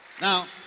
Now